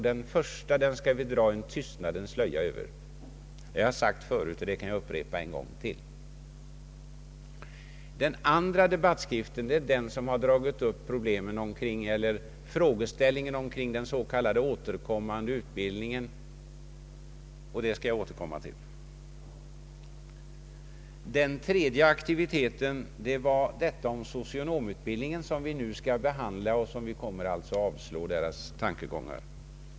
Den första skall vi dra en tystnadens slöja över — jag har sagt det tidigare och upprepar det än en gång. Den andra debattskriften från U68 har dragit upp en diskussion kring den s.k. återkommande utbildningen. Jag skall strax återkomma till denna. Den tredje aktiviteten gäller socionomutbildningen. Den frågan skall riksdagen i dag behandla, varvid vi kommer att avslå U68:s tankegångar.